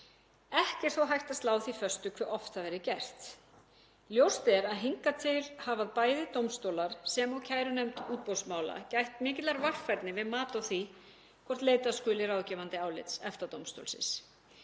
Ekki er þó hægt að slá því föstu hve oft það verði gert. Ljóst er að hingað til hafa bæði dómstólar sem og kærunefnd útboðsmála gætt mikillar varfærni við mat á því hvort leita skuli ráðgefandi álits EFTA-dómstólsins.